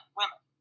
women